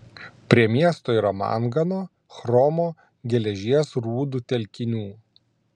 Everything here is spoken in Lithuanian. prie miesto yra mangano chromo geležies rūdų telkinių